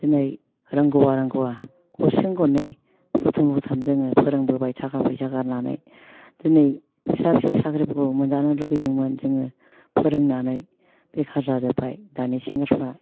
दिनै रोंगौबा रोंगौबा गरसे गरनै बुथुम बुथाम जोङो फोरोंबोबाय थाखा फैसा गारनानै दिनै फिसा फिसौ साख्रिफोरखौ मोनजानो लुबैदोंमोन जोङो फोरोंनानै बेखार जाजोबबाय दानि सेंग्राफ्रा